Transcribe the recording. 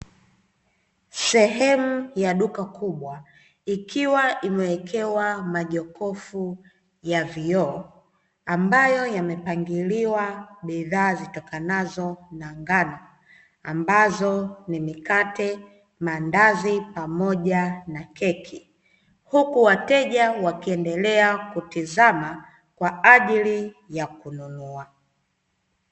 Sehemu ya duka kubwa, ikiwa imewekewa majokofu ya vioo ambayo yamepangiliwa bidhaa zitokanazo na ngano, ambazo ni mikate, mandazi pamoja na keki. Huku wateja wakiendelea kutizama, kwa ajili ya kununua.